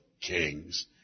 kings